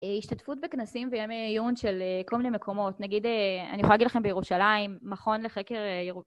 השתתפות בכנסים בימי עיון של כל מיני מקומות נגיד אני יכולה להגיד לכם בירושלים מכון לחקר